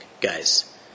guys